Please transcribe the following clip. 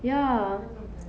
ya